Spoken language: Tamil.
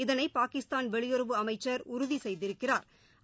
இதனை பாகிஸ்தான வெளியுறவு அமைச்சா் உறுதி செய்திருக்கிறாா்